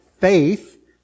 faith